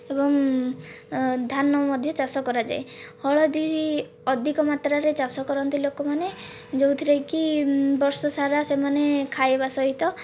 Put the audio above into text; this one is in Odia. ଏବଂ ଧାନ ମଧ୍ୟ ଚାଷ କରାଯାଏ ହଳଦୀ ଅଧିକ ମାତ୍ରାରେ ଚାଷ କରନ୍ତି ଲୋକମାନେ ଯେଉଁଥିରେ କି ବର୍ଷ ସାରା ସେମାନେ ଖାଇବା ସହିତ